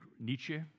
Nietzsche